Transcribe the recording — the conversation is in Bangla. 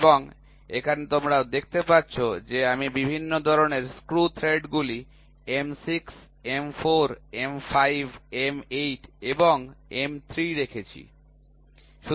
এবং এখানে তোমরা দেখতে পাচ্ছ যে আমি বিভিন্ন ধরণের স্ক্রু থ্রেডগুলি M6 M4 M5 M8 এবং M3 রেখেছি